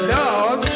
dog